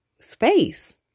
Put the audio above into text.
space